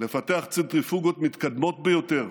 לפתח צנטריפוגות מתקדמות ביותר,